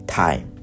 time